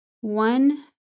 one